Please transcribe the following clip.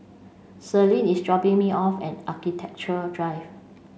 Selene is dropping me off at Architecture Drive